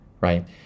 right